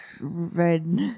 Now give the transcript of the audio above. red